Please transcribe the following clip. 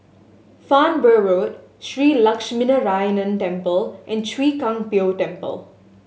Farnborough Road Shree Lakshminarayanan Temple and Chwee Kang Beo Temple